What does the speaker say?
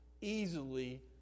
easily